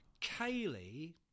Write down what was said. Kaylee